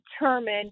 determine